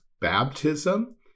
Baptism